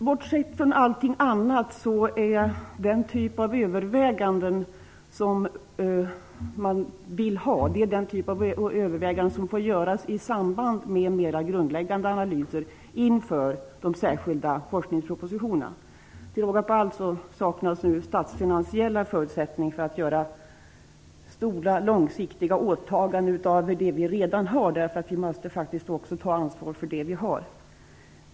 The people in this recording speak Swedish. Bortsett från allting annat så är den typ av överväganden som man vill ha något som får göras i samband med mera grundläggande analyser inför de särskilda forskningspropositionerna. Till råga på allt så saknas nu de statsfinansiella förutsättningarna för att göra stora långsiktiga åtaganden utöver dem vi redan har. Vi måste faktiskt också ta ansvar för det vi har.